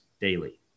daily